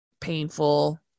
painful